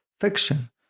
fiction